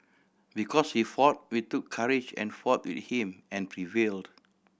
because he fought we took courage and fought with him and prevailed